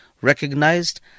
recognized